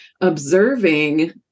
observing